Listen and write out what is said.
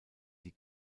die